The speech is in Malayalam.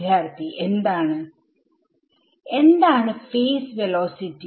വിദ്യാർത്ഥി എന്താണ് എന്താണ് ഫേസ് വെലോസിറ്റി